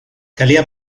calia